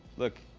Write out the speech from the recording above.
look.